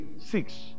Six